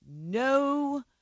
no